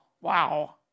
Wow